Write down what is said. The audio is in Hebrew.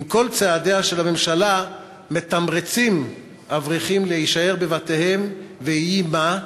אם כל צעדיה של הממשלה מתמרצים אברכים להישאר בבתיהם ויהי מה,